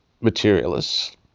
materialists